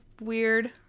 weird